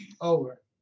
over